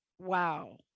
wow